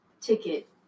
Ticket